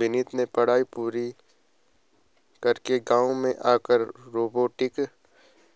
विनीत ने पढ़ाई पूरी करके गांव में आकर रोबोटिक